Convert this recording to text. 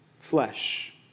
flesh